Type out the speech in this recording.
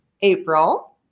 April